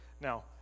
now